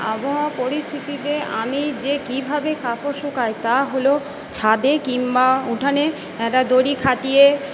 আবহাওয়া পরিস্থিতিতে আমি যে কীভাবে কাপড় শুকাই তা হলো ছাদে কিংবা উঠানে একটা দড়ি খাটিয়ে